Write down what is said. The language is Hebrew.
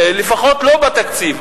לפחות לא בתקציב.